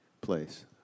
place